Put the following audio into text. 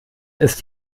ist